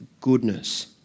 goodness